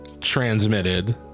transmitted